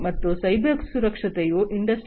ಮತ್ತು ಸೈಬರ್ ಸುರಕ್ಷತೆಯು ಇಂಡಸ್ಟ್ರಿ4